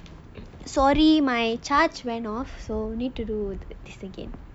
sorry my charge went off so need to do this again